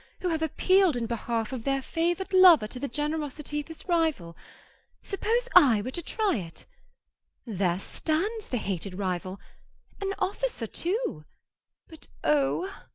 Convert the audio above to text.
who have appealed in behalf of their favoured lover to the generosity of his rival suppose i were to try it there stands the hated rival an officer too but oh,